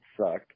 sucked